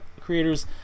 creators